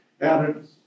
added